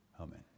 Amen